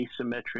asymmetric